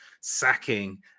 sacking